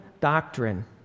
doctrine